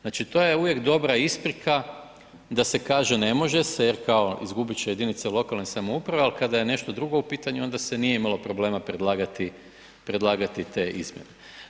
Znači to je uvijek dobra isprika da se kaže ne može se, jer kao izgubiti će jedinice lokalne samouprave ali kada je nešto drugo u pitanju onda se nije imalo problema predlagati te izmjene.